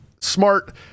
smart